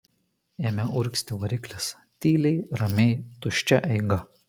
ėmė urgzti variklis tyliai ramiai tuščia eiga